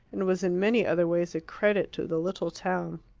and was in many other ways a credit to the little town.